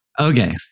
Okay